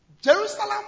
Jerusalem